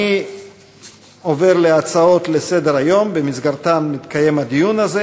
אני עובר להצעות לסדר-היום שבמסגרתן מתקיים הדיון הזה.